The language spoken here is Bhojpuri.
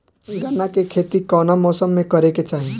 गन्ना के खेती कौना मौसम में करेके चाही?